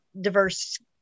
diverse